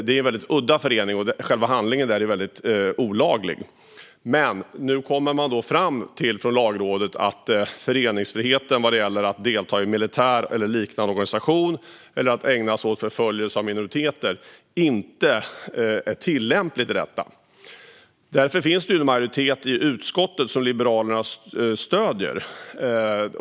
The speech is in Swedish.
Det är en väldigt udda förening, och själva handlingen är väldigt olaglig. Nu kom dock Lagrådet fram till att föreningsfriheten vad gäller att delta i militär eller liknande organisation eller att ägna sig åt förföljelse av minoriteter inte är tillämplig i detta. Därför finns det nu en majoritet i utskottet, som Liberalerna stöder.